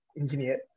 engineer